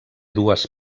dues